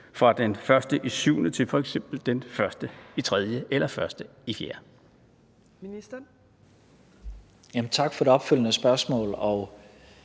fra den 1. juli til f.eks. den 1. marts eller den 1.